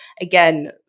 again